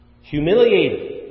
humiliated